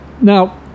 Now